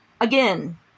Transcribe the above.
Again